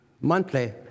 monthly